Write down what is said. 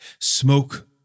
Smoke